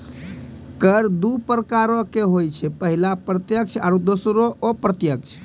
कर दु प्रकारो के होय छै, पहिला प्रत्यक्ष आरु दोसरो अप्रत्यक्ष